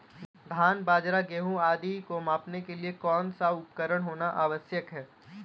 धान बाजरा गेहूँ आदि को मापने के लिए कौन सा उपकरण होना आवश्यक है?